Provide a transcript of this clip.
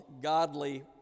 godly